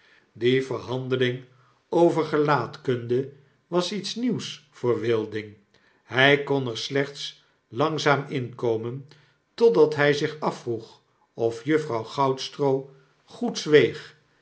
die verhandeling over gelaatkunde was iets nieuws voor wilding hjj kon er slechtslangzaaminkomen totdat hij zich afvroeg of juffrouw goudstroo goed zweeg